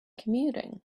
commuting